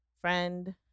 friend